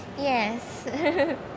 Yes